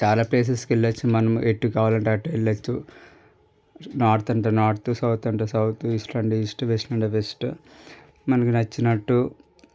చాలా ప్లేసెస్కి వెళ్లవచ్చు మనము ఎటు కావాలంటే అటు వెళ్లవచ్చు నార్త్ అంటే నార్తు సౌత్ అంటే సౌతు వెస్ట్ అంటే వెస్టు మనకి నచ్చినట్టు